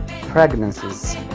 pregnancies